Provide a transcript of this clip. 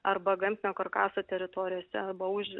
arba gamtinio karkaso teritorijose arba už